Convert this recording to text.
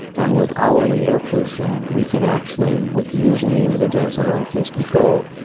and with hourly air pollution we can actually, with using the individuals as their own case-control,